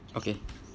okay